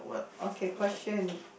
okay question